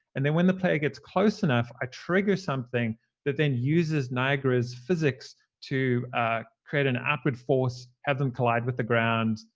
and then when the player gets close enough, i trigger something that then uses niagara's physics to create an upward force, have them collide with the ground,